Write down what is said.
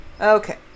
okay